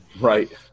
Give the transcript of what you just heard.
Right